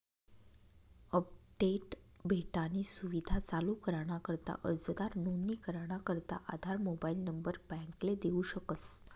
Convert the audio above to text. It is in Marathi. अपडेट भेटानी सुविधा चालू कराना करता अर्जदार नोंदणी कराना करता आधार मोबाईल नंबर बॅकले देऊ शकस